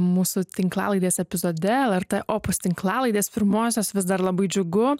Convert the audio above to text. mūsų tinklalaidės epizode lrt opus tinklalaidės pirmosios vis dar labai džiugu